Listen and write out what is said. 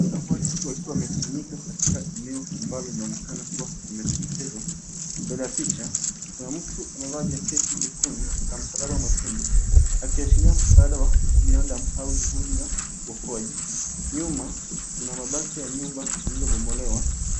Kundi la watu wakiwa wamekusanyika katika eneo ambalo linaonekana kuwa limeteketezwa. Mbele ya picha, kuna mtu amevaa jaketi nyekundu msalaba mwekundu, akiashiria msaada wa miradi au juhudi za uokoaji. Nyuma, kuna mabaki ya nyumba liliyobomolewa.